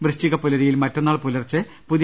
വൃശ്ചിക പുലരിയിൽ മറ്റന്നാൾ പൂലർച്ചെ പുതിയ